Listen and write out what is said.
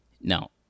Now